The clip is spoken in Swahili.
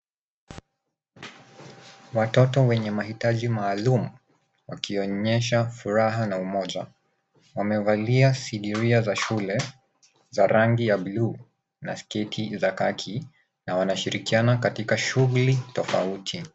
Watoto wenye mahitaji maalum wakionyesha furaha na umoja. Wamevalia sidilia za shule za rangi ya bluu na sketi za kaki na wanashirikiana katika shughuli tofauti.